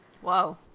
Whoa